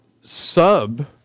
sub